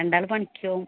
രണ്ടാൾ പണിക്ക് പോം